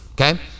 Okay